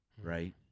right